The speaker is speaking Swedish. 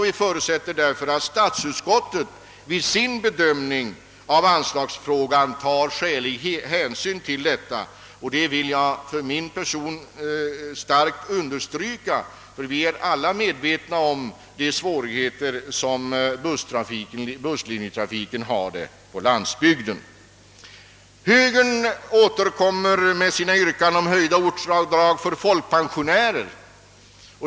Vi förutsätter därför att statsutskottet vid sin bedömning av anslagsfrågan tar skälig hänsyn till de påtalade skatteeffekterna. Jag vill personligen kraftigt understryka detta, och vi är väl alla medvetna om svårigheterna för busslinjetrafiken på landsbygden. Högern återkommer med sina yrkanden om höjda ortsavdrag för folkpensionärer.